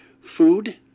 Food